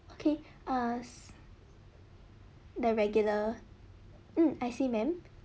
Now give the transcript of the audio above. okay us the regular mm I see ma'am